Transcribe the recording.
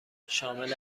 شامل